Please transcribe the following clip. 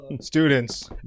students